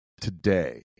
today